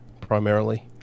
primarily